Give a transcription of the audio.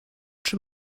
czy